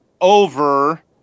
over